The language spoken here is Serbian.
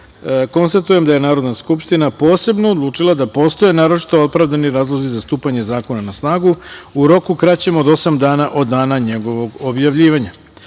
193.Konstatujem da je Narodna skupština posebno odlučila da postoje naročito opravdani razlozi za stupanje zakona na snagu u roku kraćem od osam dana od dana objavljivanja. Pošto